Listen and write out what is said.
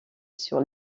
sur